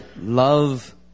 love